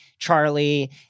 charlie